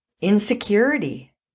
insecurity